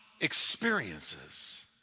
experiences